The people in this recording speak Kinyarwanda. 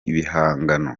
bihangano